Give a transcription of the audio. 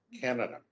Canada